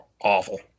awful